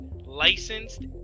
licensed